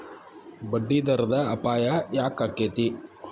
ಬಡ್ಡಿದರದ್ ಅಪಾಯ ಯಾಕಾಕ್ಕೇತಿ?